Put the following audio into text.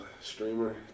streamer